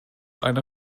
eine